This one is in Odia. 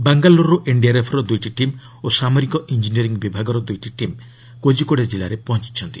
ବାଙ୍ଗାଲୋରରୁ ଏନ୍ଡିଆର୍ଏଫ୍ ର ଦୁଇଟି ଟିମ୍ ଓ ସାମରିକ ଇଞ୍ଜିନିୟରିଂ ବିଭାଗର ଦୁଇଟି ଟିମ୍ କୋଜିକୋଡେ କିଲ୍ଲାରେ ପହଞ୍ଚିଛନ୍ତି